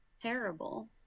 terrible